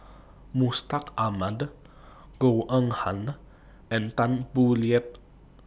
Mustaq Ahmad Goh Eng Han and Tan Boo Liat